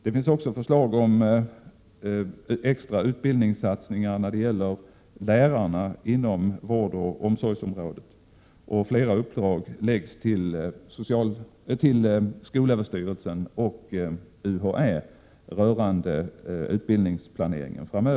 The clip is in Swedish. Det finns också förslag om extra utbildningsinsatser när det gäller lärarna inom vårdoch omsorgsområdet och att flera uppdrag rörande utbildningsplaneringen framöver ges till skolöverstyrelsen och UHÄ. Herr talman!